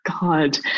God